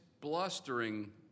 blustering